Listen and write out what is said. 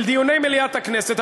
אל דיוני מליאת הכנסת.